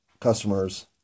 customers